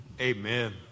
Amen